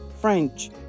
French